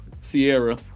Sierra –